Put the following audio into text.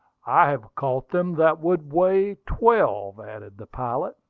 i have caught them that would weigh twelve, added the pilot.